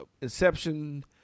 inception